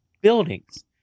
buildings